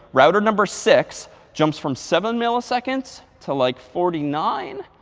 router number six jumps from seven milliseconds to like forty nine.